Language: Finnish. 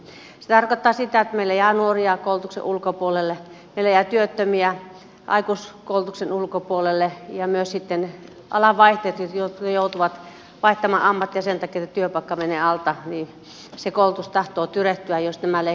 se tarkoittaa sitä että meillä jää nuoria koulutuksen ulkopuolelle meillä jää työttömiä aikuiskoulutuksen ulkopuolelle ja myös sitten alanvaihtajien jotka joutuvat vaihtamaan ammattia sen takia että työpaikka menee alta koulutus tahtoo tyrehtyä jos nämä leikkaukset toteutuvat